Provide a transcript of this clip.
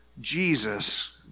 Jesus